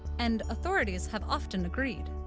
and authorities have often agreed.